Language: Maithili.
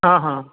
हँ हँ